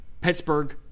Pittsburgh